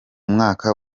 mwaka